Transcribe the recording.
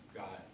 got